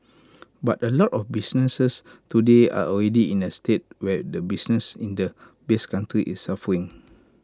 but A lot of businesses today are already in A state where the business in the base country is suffering